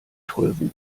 tollwut